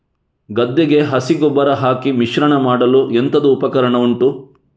ಗದ್ದೆಗೆ ಹಸಿ ಗೊಬ್ಬರ ಹಾಕಿ ಮಿಶ್ರಣ ಮಾಡಲು ಎಂತದು ಉಪಕರಣ ಉಂಟು?